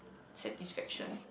satisfaction